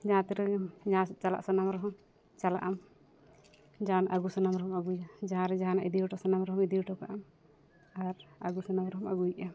ᱡᱟᱦᱟᱸᱛᱤᱱ ᱨᱮᱜᱮᱢ ᱡᱟᱦᱟᱸᱥᱮᱫ ᱪᱟᱞᱟᱜ ᱥᱟᱱᱟᱢ ᱨᱮᱦᱚᱸ ᱪᱟᱞᱟᱜᱼᱟᱢ ᱡᱟᱦᱟᱱ ᱟᱹᱜᱩ ᱥᱟᱱᱟᱢ ᱨᱮᱦᱚᱸ ᱟᱹᱜᱩᱭᱟᱢ ᱡᱟᱦᱟᱸ ᱨᱮ ᱡᱟᱦᱟᱸᱱᱟᱜ ᱤᱫᱤ ᱦᱚᱴᱚ ᱥᱟᱱᱟᱢ ᱨᱮᱦᱚᱸ ᱤᱫᱤ ᱦᱚᱴᱚ ᱠᱟᱜᱼᱟ ᱟᱨ ᱟᱹᱜᱩ ᱥᱟᱱᱟᱢ ᱨᱮᱦᱚᱸᱢ ᱟᱹᱜᱩᱭᱮᱫᱟ